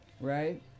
right